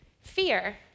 fear